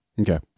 Okay